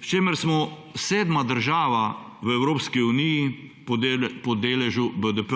čimer smo sedma država v Evropski uniji po deležu BDP